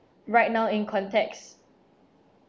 right now in context